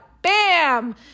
bam